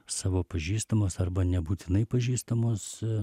savo pažįstamus arba nebūtinai pažįstamus